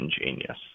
ingenious